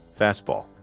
Fastball